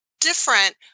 different